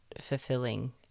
fulfilling